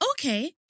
Okay